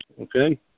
okay